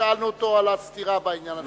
כששאלנו אותו על הסתירה בעניין הזה.